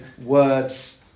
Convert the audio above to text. words